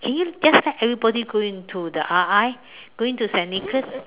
can you just let everybody go into the R_I go into the Saint Nicholas